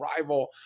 rival